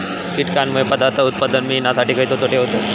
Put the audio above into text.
कीटकांनमुळे पदार्थ उत्पादन मिळासाठी खयचे तोटे होतत?